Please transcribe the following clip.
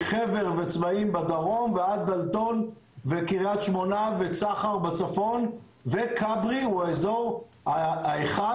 מהיישובים בדרום ועד דלתון וקריית שמונה וצחר בצפון וכברי הוא האזור האחד